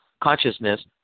consciousness